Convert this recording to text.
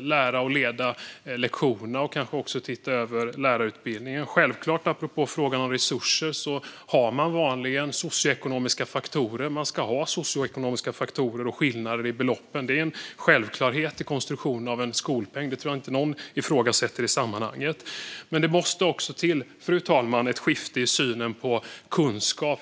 lära och leda lektioner och kanske också titta över lärarutbildningen. Apropå frågan om resurser har man vanligen socioekonomiska faktorer. Man ska ha sådana faktorer och skillnader i beloppen - det är en självklarhet i konstruktionen av en skolpeng. Detta tror jag inte att någon ifrågasätter i sammanhanget. Fru talman! Det måste också till ett skifte i synen på kunskap.